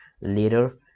later